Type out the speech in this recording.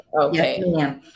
Okay